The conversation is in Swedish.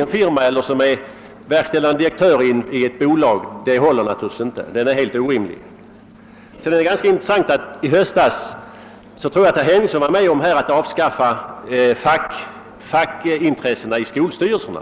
en firma och en verkställande direktör i ett bolag håller alltså inte. Det är intressant att notera att herr Henningsson i höstas var med om att avskaffa fackrepresentationen i skolstyrelserna.